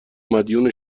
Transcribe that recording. مدیون